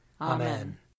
Amen